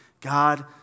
God